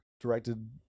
directed